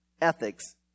ethics